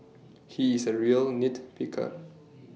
he is A real nit picker